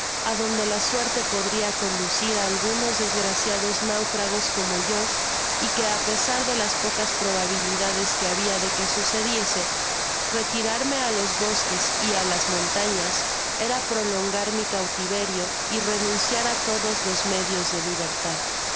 adonde la suerte podria conducir algunos desgraciados náufragos como yo y que á pesar de las pocas proba bilidades que habja de que sucediese retirarme a los bosques y á las montanas era prolongar mi cautiverio y renunciar á todos los medios de libertad